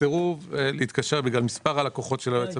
סירוב להתקשר בגלל מספר הלקוחות של היועץ הפנסיוני,